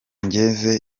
ngeze